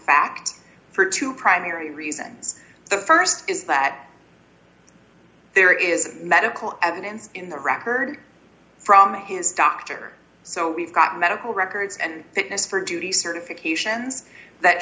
fact for two primary reasons the st is that there is medical evidence in the record from his doctor so we've got medical records and fitness for duty certifications that